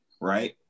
Right